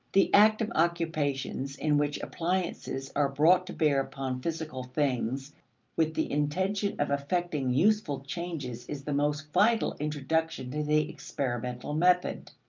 the active occupations in which appliances are brought to bear upon physical things with the intention of effecting useful changes is the most vital introduction to the experimental method.